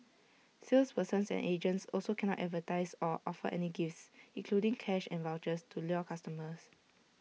salespersons and agents also cannot advertise or offer any gifts including cash and vouchers to lure customers